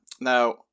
now